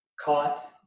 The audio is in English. Caught